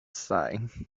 say